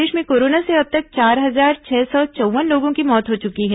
प्रदेश में कोरोना से अब तक चार हजार छह सौ चौव्वन लोगों की मौत हो चुकी है